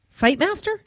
Fightmaster